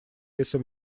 если